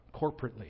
corporately